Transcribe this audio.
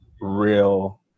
real